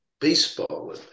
baseball